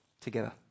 together